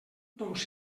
doncs